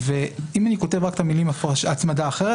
אם אני כותב רק את המילים "הצמדה אחרת",